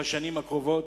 בשנים הקרובות.